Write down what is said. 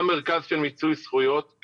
גם מרכז של מיצוי זכויות,